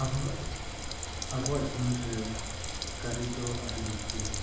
ᱟᱵᱚᱣᱟᱜ ᱟᱵᱚᱣᱟᱜ ᱡᱤᱭᱚᱱ ᱨᱮ ᱠᱟᱹᱨᱤ ᱫᱚ ᱟᱹᱰᱤ ᱞᱟᱹᱠᱛᱤᱭᱟᱱᱟ